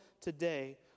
today